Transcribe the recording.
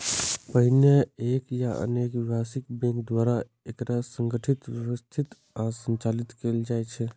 पहिने एक या अनेक व्यावसायिक बैंक द्वारा एकरा संगठित, व्यवस्थित आ संचालित कैल जाइ छै